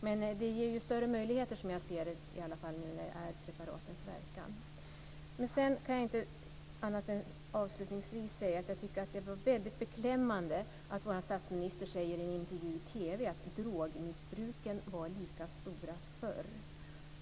Det ger större möjligheter när man kan narkotikaklassa utifrån preparatens verkan. Avslutningsvis vill jag säga att det är beklämmande att vår statsminister har sagt i en intervju i TV att drogmissbruket var lika stort förr.